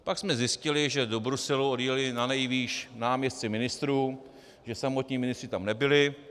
Pak jsme zjistili, že do Bruselu odjeli nanejvýš náměstci ministrů, že samotní ministři tam nebyli.